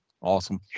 Awesome